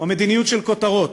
או מדיניות של כותרות.